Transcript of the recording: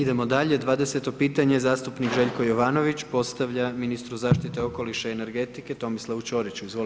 Idemo dalje, 20 pitanje, zastupnik Željko Jovanović, postavlja ministru zaštite okoliša i energetike Tomislavu Ćoriću, izvolite.